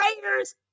prayers